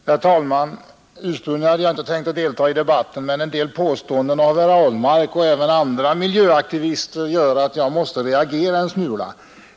Herr talman! Ursprungligen hade jag inte tänkt delta i debatten, men en del påståenden av herr Ahlmark och andra miljöaktivister gör att jag måste reagera en smula.